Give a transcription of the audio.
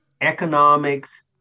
economics